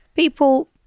People